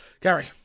Gary